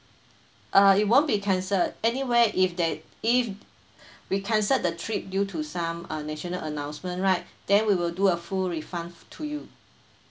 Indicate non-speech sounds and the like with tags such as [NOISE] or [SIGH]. uh it won't be cancel anyway if that if [BREATH] we cancel the trip due to some uh national announcement right then we will do a full refund to you